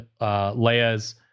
Leia's